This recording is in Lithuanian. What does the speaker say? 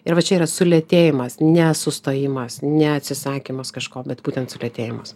ir va čia yra sulėtėjimas ne sustojimas ne atsisakymas kažko bet būtent sulėtėjimas